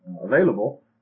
available